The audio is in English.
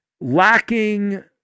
lacking